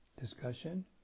discussion